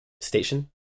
Station